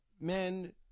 men